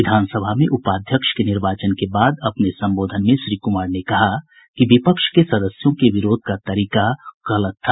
विधान सभा में उपाध्यक्ष के निर्वाचन के बाद अपने संबोधन में श्री कुमार ने कहा कि विपक्ष के सदस्यों के विरोध का तरीका गलत था